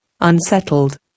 unsettled